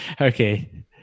Okay